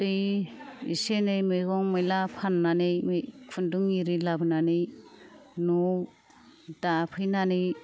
बै एसे एनै मैगं मैला फाननानै मै खुन्दुं एरि लाबोनानै न'आव दाफैनानै